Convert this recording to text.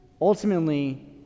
ultimately